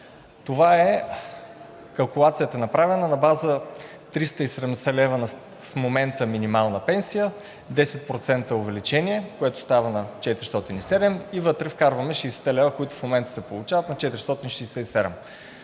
Това е калкулацията, направена на база 370 лв. в момента минимална пенсия, 10% увеличение, което става 407 лв., и вътре вкарваме 60-те лв., които в момента се получават на 467